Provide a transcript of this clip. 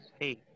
Hey